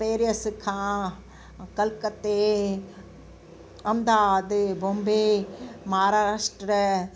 Paris खां कलकत्ते अहमदाबाद मुम्बई महाराष्ट्र